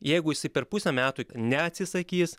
jeigu jisai per pusę metų neatsisakys